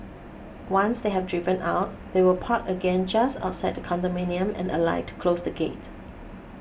once they have driven out they will park again just outside the condominium and alight to close the gate